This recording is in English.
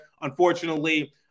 Unfortunately